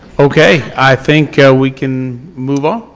okay. i think yeah we can move on.